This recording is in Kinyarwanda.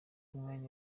umwanya